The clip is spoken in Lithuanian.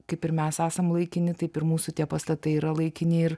kaip ir mes esam laikini taip ir mūsų tie pastatai yra laikini ir